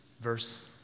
verse